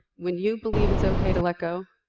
when you believe it's okay to let go,